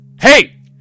Hey